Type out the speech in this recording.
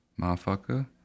Motherfucker